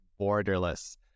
Borderless